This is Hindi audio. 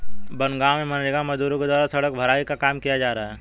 बनगाँव में मनरेगा मजदूरों के द्वारा सड़क भराई का काम किया जा रहा है